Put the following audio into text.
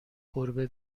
گربه